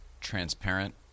transparent